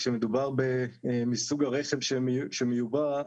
כשמדובר בסוג הרכב שמיובא,